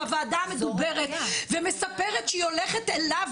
בוועדה המדוברת ומספרת שהיא הולכת אליו